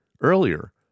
earlier